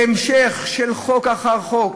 בהמשך של חוק אחר חוק,